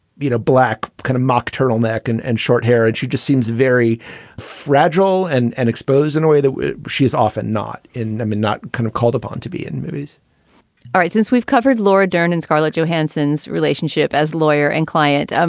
black kind of mock turtleneck and and short hair. and she just seems very fragile and and exposed in a way that she is often not in. i mean, not kind of called upon to be in movies all right. since we've covered laura dern and scarlett johansson's relationship as lawyer and client, um